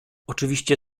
oczywiście